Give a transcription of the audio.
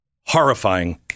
Horrifying